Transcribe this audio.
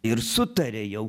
ir sutarė jau